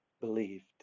believed